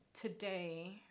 today